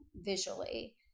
visually